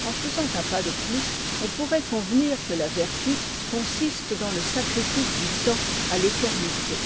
en faisant un pas de plus on pourrait convenir que la vertu consiste dans le sacrifice du temps à l'éternité